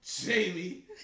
Jamie